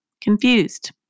confused